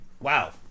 wow